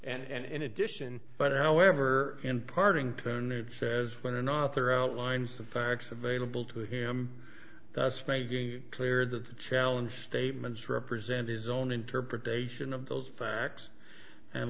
and in addition but however imparting to nude says when an author outlines the facts available to him that's clear the challenge statements represent his own interpretation of those facts and